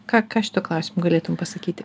ką ką šituo klausimu galėtum pasakyti